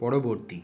পরবর্তী